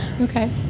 Okay